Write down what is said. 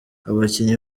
abakinnyi